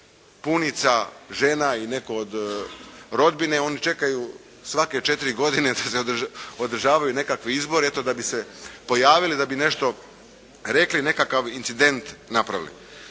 punica, žena i netko od rodbine. Oni čekaju svake četiri godine da se održavaju nekakvu izbori eto da bi se pojavili, da bi nešto rekli, nekakav incident napravili.